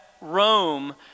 Rome